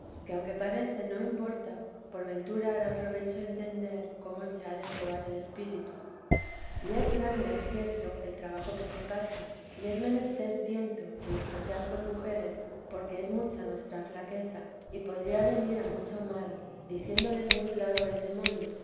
que aunque parece no importa por ventura hará provecho entender cómo se ha de probar el espíritu y es grande cierto el trabajo que se pasa y es menester tiento en especial con mujeres porque es mucha nuestra flaqueza y podría venir a mucho mal diciéndoles muy claro es demonio